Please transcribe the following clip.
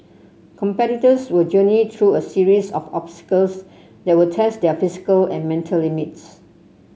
competitors will journey through a series of obstacles that will test their physical and mental limits